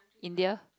India